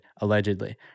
allegedly